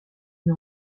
une